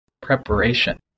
preparation